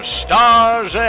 stars